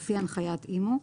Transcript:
לפי הנחיית אימ"ו,